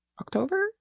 October